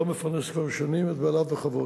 לא מפרנס כבר שנים את בעליו בכבוד.